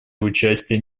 участия